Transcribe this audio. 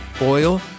oil